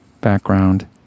Background